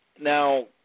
Now